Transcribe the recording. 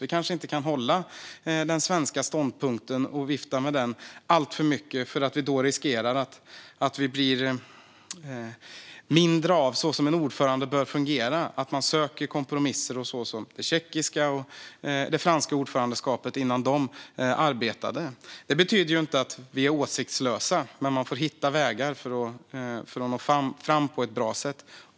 Vi kanske inte kan hålla den svenska ståndpunkten eller vifta med den alltför mycket. Då riskerar vi att mindre fungera som en ordförande bör göra i fråga om att söka kompromisser, så som det tjeckiska ordförandeskapet arbetade och det franska före dem. Det betyder inte att vi är åsiktslösa, men man får hitta vägar att nå fram på ett bra sätt.